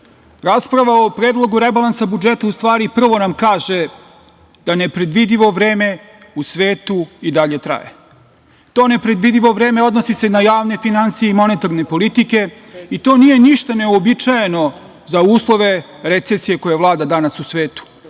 rasprava o Predlogu rebalansa budžeta u stari prvo nam kaže da nepredvidivo vreme u svetu i dalje traje. To nepredvidivo vreme odnosi se na javne finansije i monetarnu politiku i to nije ništa neuobičajeno za uslove recesije koja vlada danas u svetu.